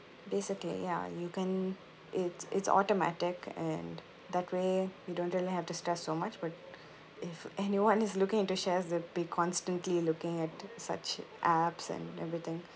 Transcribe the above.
basically ya you can it it's automatic and that way we don't really have to stress so much but if anyone is looking into shares that be constantly looking at such apps and everything